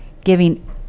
giving